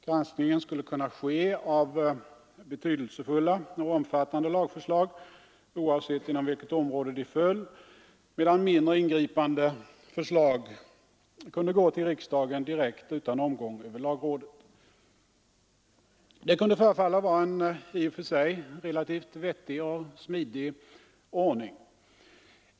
Granskningen skulle kunna gälla betydelsefulla och omfattande lagförslag, oavsett inom vilket område de föll, medan mindre ingripande förslag kunde gå till riksdagen direkt utan omgång över lagrådet. Det kunde förefalla som en i och för sig vettig och smidig ordning.